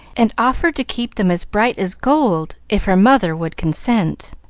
and offered to keep them as bright as gold if her mother would consent.